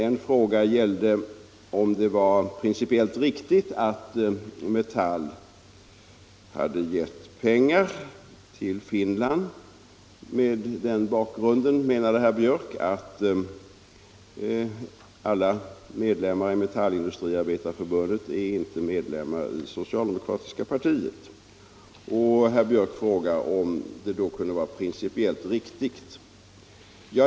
En fråga gällde, om det var principiellt riktigt att Metall hade gett pengar till Finland, med den bakgrunden — menade herr Björck — att alla medlemmar i Metallindustriarbetareförbundet inte är medlemmar i det socialdemokratiska partiet. Herr Björck frågade därför om detta förfarande kunde anses vara principiellt riktigt.